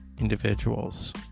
individuals